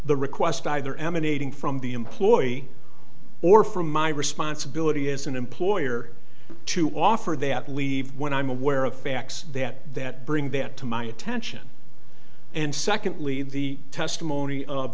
the request either emanating from the employee or from my responsibility as an employer to offer that leave when i'm aware of facts that that bring that to my attention and secondly the testimony